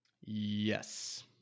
Yes